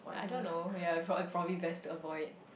I don't know ya prob~ probably best to avoid